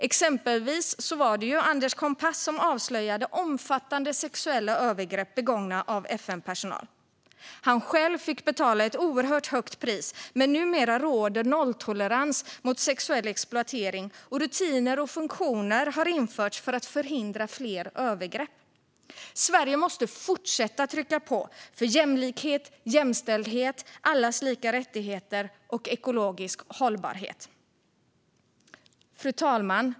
Exempelvis var det ju Anders Kompass som avslöjade omfattande sexuella övergrepp begångna av FN-personal. Han fick betala ett oerhört högt pris. Men numera råder nolltolerans mot sexuell exploatering, och rutiner och funktioner har införts för att förhindra fler övergrepp. Sverige måste fortsätta trycka på för jämlikhet, jämställdhet, allas lika rättigheter och ekologisk hållbarhet. Fru talman!